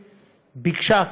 ביקשה,